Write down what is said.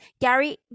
Gary